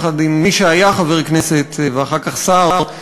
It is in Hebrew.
יחד עם מי שהיה חבר כנסת ואחר כך שר,